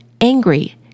angry